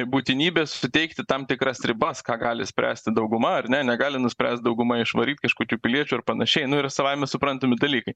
būtinybės suteikti tam tikras ribas ką gali spręsti dauguma ar ne negali nuspręst dauguma išvaryt kažkokių piliečių ir panašiai nu ir savaime suprantami dalykai